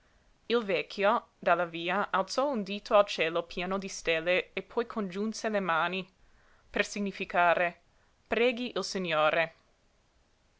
il vecchio dalla via alzò un dito al cielo pieno di stelle e poi congiunse le mani per significare preghi il signore